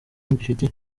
mbifitiye